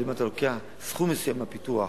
אבל אם אתה לוקח סכום מסוים מהפיתוח